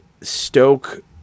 Stoke